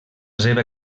seva